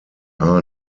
are